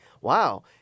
wow